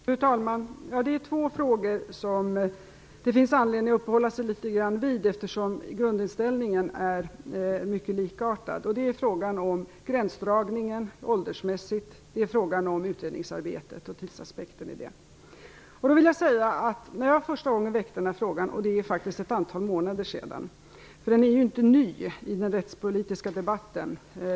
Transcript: Fru talman! Det är två frågor som det finns anledning att uppehålla sig litet grand vid, eftersom grundinställningen är mycket likartad. Det är dels frågan om gränsdragningen åldersmässigt, dels frågan om utredningsarbetet och tidsaspekten i det. Jag väckte den här frågan första gången för ett antal månader sedan. Den är ju inte ny i den rättspolitiska debatten.